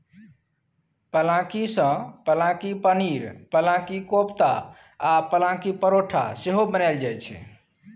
पलांकी सँ पलांकी पनीर, पलांकी कोपता आ पलांकी परौठा सेहो बनाएल जाइ छै